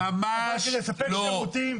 אבל זה מספק שירותים.